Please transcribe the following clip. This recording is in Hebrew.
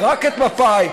ורק את מפא"י,